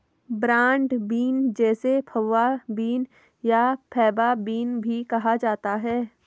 broad bean जिसे fava bean या faba bean भी कहा जाता है